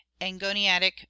angoniatic